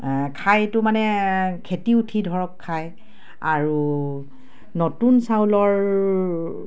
খাইতো মানে খেতি উঠি ধৰক খায় আৰু নতুন চাউলৰ